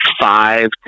five